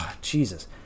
Jesus